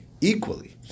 equally